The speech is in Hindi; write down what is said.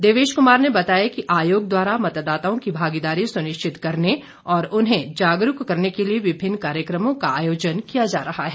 देवेश कुमार ने बताया कि आयोग द्वारा मतदाताओं की भागीदारी सुनिश्चित करने और उन्हें जागरूक करने के लिए विभिन्न कार्यक्रमों का आयोजन किया जा रहा है